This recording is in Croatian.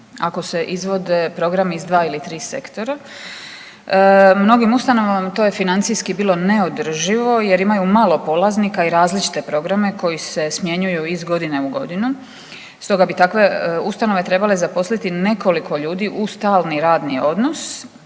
ako se izvode programi iz 2 ili 3 sektora. Mnogim ustanovama to je financijski bilo neodrživo jer imaju malo polaznika i različite programe koji se smjenjuju iz godine u godinu. Stoga bi takve ustanove trebale zaposliti nekoliko ljudi u stalni radni odnos